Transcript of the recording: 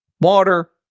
water